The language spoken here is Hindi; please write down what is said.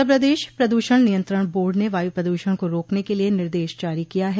उत्तर प्रदेश प्रदूषण नियंत्रण बोर्ड ने वायु प्रदूषण को रोकने के लिए निर्देश जारी किया है